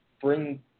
bring